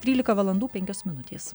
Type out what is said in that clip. trylika valandų penkios minutės